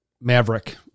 Maverick